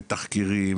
ותחקירים,